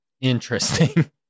Interesting